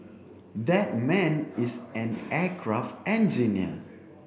that man is an aircraft engineer